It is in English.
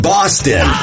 Boston